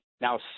Now